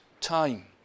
time